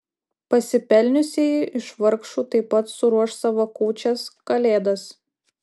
pasipelniusieji iš vargšų taip pat suruoš savo kūčias kalėdas